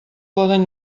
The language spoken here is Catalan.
poden